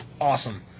Awesome